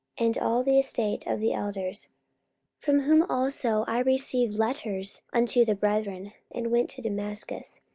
and all the estate of the elders from whom also i received letters unto the brethren, and went to damascus,